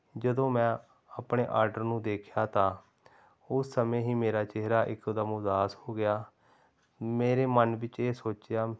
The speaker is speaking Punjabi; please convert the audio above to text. ਜਦੋਂ ਮੈਂ ਆਪਣੇ ਆਡਰ ਨੂੰ ਦੇਖਿਆ ਤਾਂ ਉਸ ਸਮੇਂ ਹੀ ਮੇਰਾ ਚਿਹਰਾ ਇੱਕਦਮ ਉਦਾਸ ਹੋ ਗਿਆ ਮੇਰੇ ਮਨ ਵਿੱਚ ਇਹ ਸੋਚਿਆ